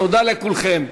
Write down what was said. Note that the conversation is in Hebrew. תודה לכולכם.